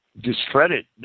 discredit